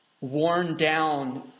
worn-down